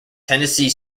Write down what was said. tennessee